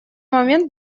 момент